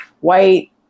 white